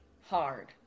hard